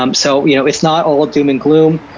um so you know it's not all doom and gloom.